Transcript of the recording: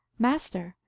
master,